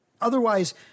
otherwise